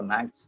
Max